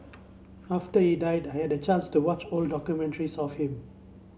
after he died I had the chance to watch old documentaries of him